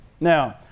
Now